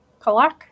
Kalak